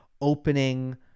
opening